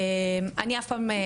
אני אף פעם,